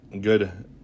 good